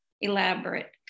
elaborate